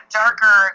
darker